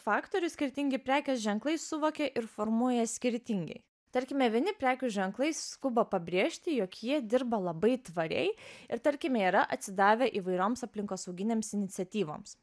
faktorių skirtingi prekės ženklai suvokia ir formuoja skirtingai tarkime vieni prekių ženklai skuba pabrėžti jog jie dirba labai tvariai ir tarkime yra atsidavę įvairioms aplinkosauginėms iniciatyvoms